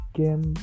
game